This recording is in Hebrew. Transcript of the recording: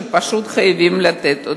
שפשוט חייבים לתת.